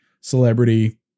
celebrity